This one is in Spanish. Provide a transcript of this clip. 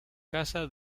casa